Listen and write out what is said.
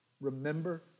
Remember